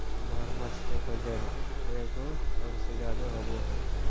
मगरमच्छ के वजन एगो टन से ज्यादा होबो हइ